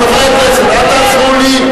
חברי הכנסת, אל תעזרו לי.